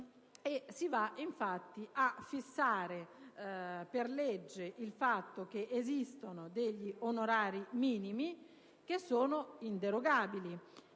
infatti a fissare per legge il fatto che esistono degli onorari minimi, che sono inderogabili